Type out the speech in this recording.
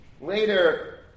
later